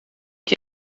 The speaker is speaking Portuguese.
que